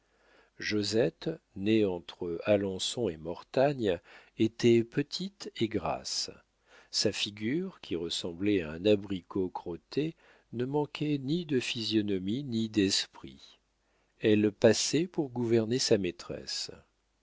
josette née entre alençon et mortagne était petite et grasse sa figure qui ressemblait à un abricot crotté ne manquait ni de physionomie ni d'esprit elle passait pour gouverner sa maîtresse